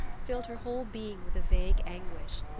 filled her whole being with a vague anguish.